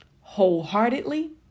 wholeheartedly